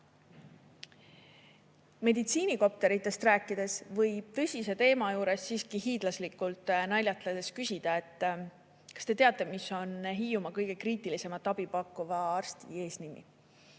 vajalikkusesse. Meditsiinikopteritest rääkides võib tõsise teema juures siiski hiidlaslikult naljatades küsida, et kas te teate, mis on Hiiumaa kõige kriitilisemat abi pakkuva arsti eesnimi?